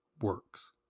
works